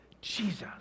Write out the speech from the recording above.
Jesus